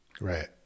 Right